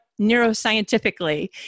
neuroscientifically